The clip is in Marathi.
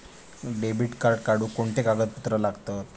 डेबिट कार्ड काढुक कोणते कागदपत्र लागतत?